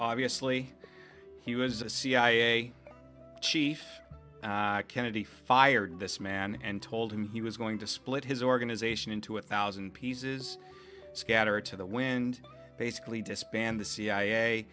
obviously he was a cia chief kennedy fired this man and told him he was going to split his organization into a thousand pieces scattered to the wind basically disband the c